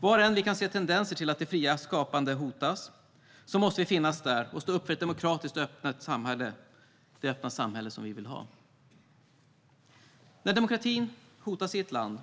Var än vi kan se tendenser till att det fria skapandet hotas måste vi finnas och stå upp för det demokratiska och öppna samhälle vi vill ha. När demokratin hotas i ett land